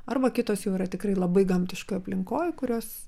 arba kitos jau yra tikrai labai gamtiškoj aplinkoj kurios